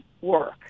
work